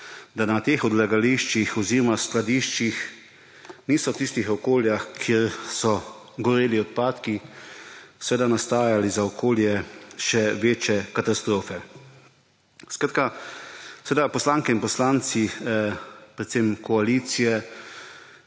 da na teh odlagališčih oziroma v skladiščih v tistih okoljih, kjer so goreli odpadki, niso nastajale za okolje še večje katastrofe. Poslanke in poslanci predvsem koalicije